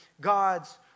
God's